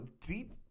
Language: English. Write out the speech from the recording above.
deep